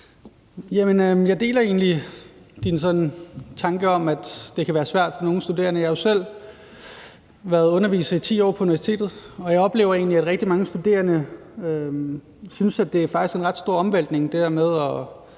egentlig dine tanker om, at det kan være svært for nogle studerende. Jeg har jo selv været underviser på universitetet i 10 år, og jeg oplever egentlig, at rigtig mange studerende synes, at det faktisk er en ret stor omvæltning,